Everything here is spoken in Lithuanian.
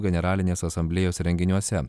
generalinės asamblėjos renginiuose